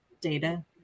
data